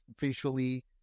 visually